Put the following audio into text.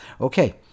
Okay